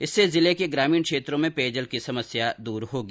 इससे जिले के ग्रामीण क्षेत्रों में पेयजल की समस्या दूर होगी